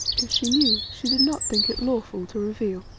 if she knew, she did not think it lawful to reveal.